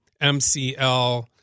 MCL